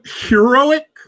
heroic